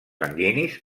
sanguinis